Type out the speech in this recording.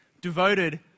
Devoted